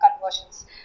conversions